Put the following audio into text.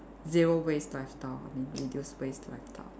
zero waste lifestyle I mean reduced waste lifestyle